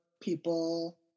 people